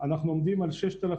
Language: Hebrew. אני מקבל, רוב העניין